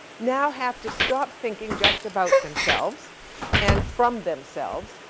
now have to stop thinking just about themselves and from themselves.